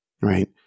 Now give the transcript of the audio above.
Right